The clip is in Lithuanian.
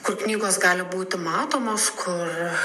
kur knygos gali būti matomos kur